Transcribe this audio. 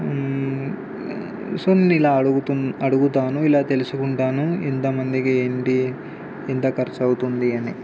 so నేను ఇలా అడుగుతూ అడుగుతాను ఇలా తెలుసుకుంటాను ఎంత మందికి ఏంటి ఎంత ఖర్చు అవుతుంది అని